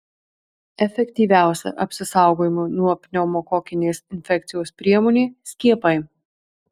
efektyviausia apsisaugojimo nuo pneumokokinės infekcijos priemonė skiepai